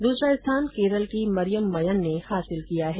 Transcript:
दूसरा स्थान केरल की मरियम मयन ने हासिल किया है